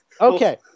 Okay